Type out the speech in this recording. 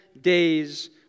days